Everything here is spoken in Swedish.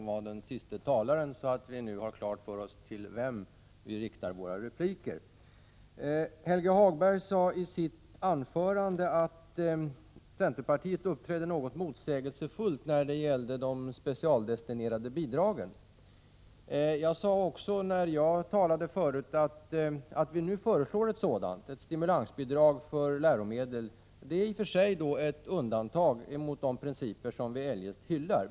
Herr talman! Helge Hagberg sade i sitt anförande att centerpartiet uppträdde något motsägelsefullt när det gällde de specialdestinerade bidragen. Jag sade också när jag talade förut, att vi nu föreslår ett sådant — ett stimulansbidrag för läromedel. Det innebär i och för sig ett undantag från de principer som vi eljest hyllar.